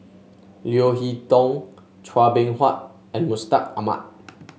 Leo Hee Tong Chua Beng Huat and Mustaq Ahmad